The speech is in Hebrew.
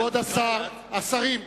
כבוד השרים,